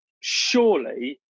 surely